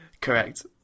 Correct